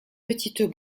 petites